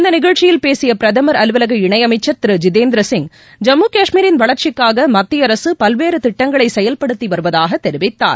இந்த நிகழ்ச்சியில் பேசிய பிரதமர் அலுவலக இணையமைச்சர் திரு ஜிதேந்திர சிங் ஜம்மு காஷ்மீரின் வளர்ச்சிக்காக மத்திய அரசு பல்வேறு திட்டங்களை செயல்படுத்தி வருவதாக தெரிவித்தார்